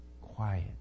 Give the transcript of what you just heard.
quiet